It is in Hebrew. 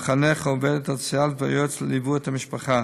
המחנך, העובדת הסוציאלית והיועץ, ליוו את המשפחה,